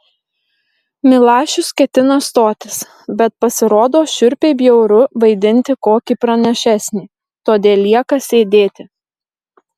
milašius ketina stotis bet pasirodo šiurpiai bjauru vaidinti kokį pranašesnį todėl lieka sėdėti